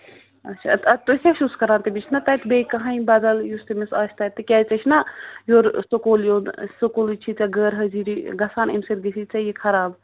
اَچھا اَدٕ اَدٕ تُہۍ کیٛاہ چھِوَس کَران تٔمِس چھِ نا تَتہِ بیٚیہِ کٕہۭنۍ بَدَل یُس تٔمِس آسہِ تَتہِ تِکیٛاز ژےٚ چھِ نا یورٕ سکوٗل یُن سکوٗل چھے ژےٚ غٲر حٲضیٖری گَژھان اَمہِ سۭتۍ گژھی ژےٚ یہِ خَراب